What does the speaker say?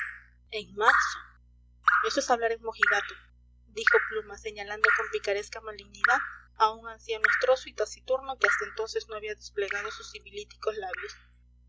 en marzo eso es hablar en mojigato dijo pluma señalando con picaresca malignidad a un anciano astroso y taciturno que hasta entonces no había desplegado sus sibilíticos labios